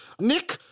Nick